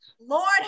Lord